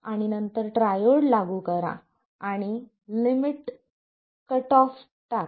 आणि नंतर ट्रायोड लागू करा आणि लिमिट कट ऑफ टाका